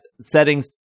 settings